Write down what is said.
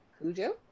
Cujo